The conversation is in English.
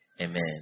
Amen